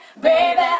baby